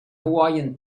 hawaiian